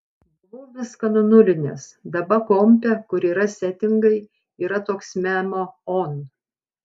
buvau viską nunulinęs daba kompe kur yra setingai yra toks memo on